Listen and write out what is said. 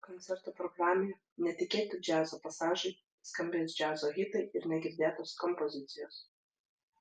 koncerto programoje netikėti džiazo pasažai skambės džiazo hitai ir negirdėtos kompozicijos